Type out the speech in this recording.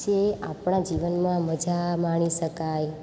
જે આપણાં જીવનમાં મજા માણી શકાય